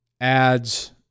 ads